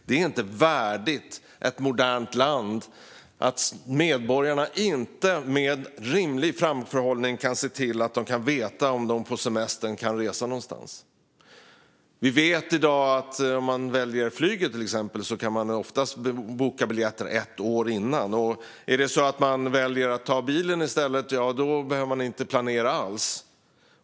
Det är inte värdigt ett modernt land att medborgarna inte med rimlig framförhållning kan veta om de på semestern kan resa någonstans. Vi vet i dag att om man väljer flyget, till exempel, kan man oftast boka biljetterna ett år innan. Väljer man att ta bilen i stället behöver man inte planera alls.